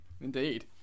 Indeed